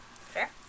Fair